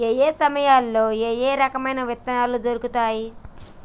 ఏయే సమయాల్లో ఏయే రకమైన విత్తనాలు దొరుకుతాయి?